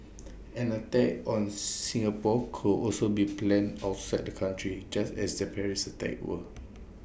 an attack on Singapore could also be planned outside the country just as the Paris attacks were